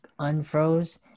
unfroze